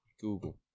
Google